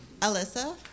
Alyssa